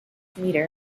meter